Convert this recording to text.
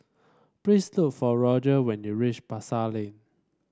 please look for Roger when you reach Pasar Lane